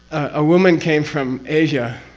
a woman came from asia,